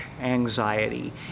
anxiety